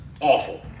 awful